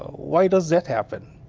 why does that happen?